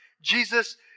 Jesus